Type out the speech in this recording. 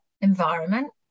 environment